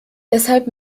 deshalb